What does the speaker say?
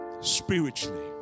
spiritually